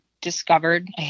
discovered